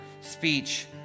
speech